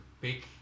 Big